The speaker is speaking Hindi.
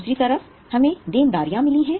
दूसरी तरफ हमें देनदारियां मिली हैं